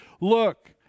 look